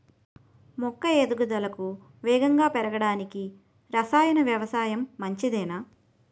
మొక్క ఎదుగుదలకు వేగంగా పెరగడానికి, రసాయన వ్యవసాయం మంచిదేనా?